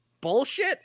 bullshit